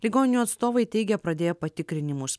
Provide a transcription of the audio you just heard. ligoninių atstovai teigia pradėję patikrinimus